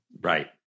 Right